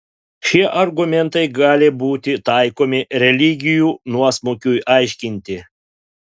šie argumentai gali būti taikomi religijų nuosmukiui aiškinti